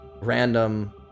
random